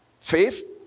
faith